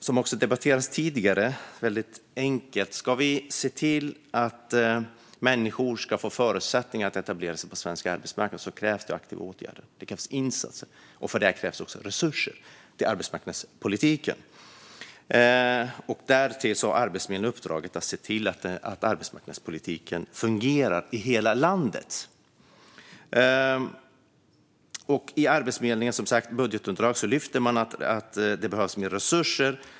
Om vi ska se till att människor får förutsättningar att etablera sig på svensk arbetsmarknad krävs det aktiva åtgärder och insatser, och för detta krävs resurser till arbetsmarknadspolitiken. Därtill har Arbetsförmedlingen uppdraget att se till att arbetsmarknadspolitiken fungerar i hela landet. I Arbetsförmedlingens budgetunderlag lyfter man fram att det behövs mer resurser.